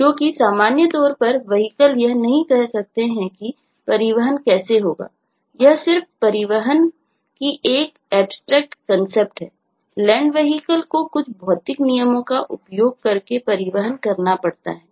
land vehicle को कुछ भौतिक नियमों का उपयोग करके परिवहन करना पड़ता है